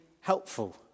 helpful